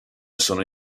sono